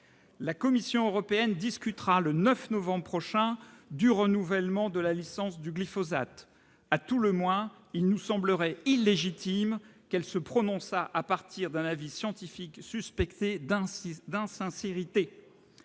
La Commission européenne discutera le 9 novembre prochain du renouvellement de la licence du glyphosate. À tout le moins, il nous semblerait illégitime qu'elle se prononçât à partir d'un avis scientifique suspecté d'insincérité.